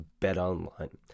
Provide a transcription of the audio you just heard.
BetOnline